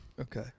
Okay